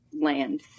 land